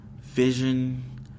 Vision